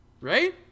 Right